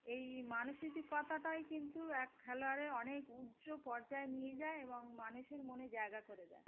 এই মানসিকতাটাই কিন্তু এক খেলোয়াড়ে অনেক উচ্চ পর্যায়ে নিয়ে যায় এবং মানুষের মনে জায়গা করে দেয়